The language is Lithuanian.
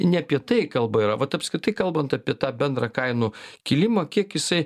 ne apie tai kalba yra vat apskritai kalbant apie tą bendrą kainų kilimą kiek jisai